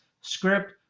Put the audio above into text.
Script